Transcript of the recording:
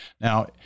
Now